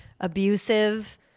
abusive